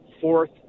fourth